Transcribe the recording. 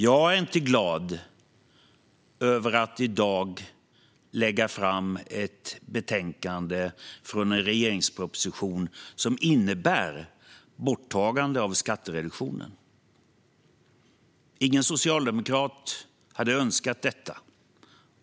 Jag är inte glad över att i dag lägga fram ett betänkande från en regeringsproposition som innebär borttagande av skattereduktionen. Ingen socialdemokrat hade önskat detta.